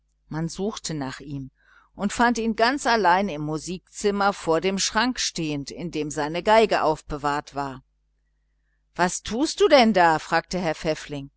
man suchte nach ihm und fand ihn ganz allein im musikzimmer vor dem schrank stehend in dem seine violine aufbewahrt war was tust du denn da fragte herr pfäffling